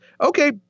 okay